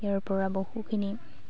ইয়াৰ পৰা বহুখিনি